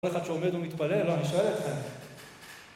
עוד אחד שעומד ומתפלל? לא, אני שואל אתכם.